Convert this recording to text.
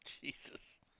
Jesus